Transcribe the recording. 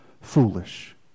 foolish